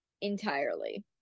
entirely